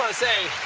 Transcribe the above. ah say,